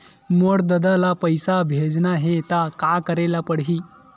मोर ददा ल पईसा भेजना हे त का करे ल पड़हि?